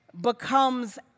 becomes